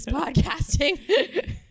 podcasting